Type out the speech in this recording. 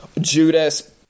judas